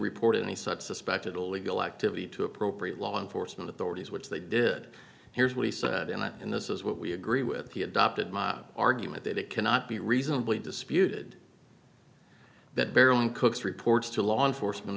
report any such suspected illegal activity to appropriate law enforcement authorities which they did here's what he said and that and this is what we agree with he adopted my argument that it cannot be reasonably disputed that barely cooks reports to law enforcement